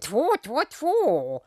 tfu tfu tfu